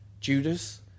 Judas